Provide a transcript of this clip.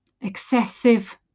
excessive